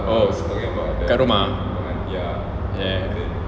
kat rumah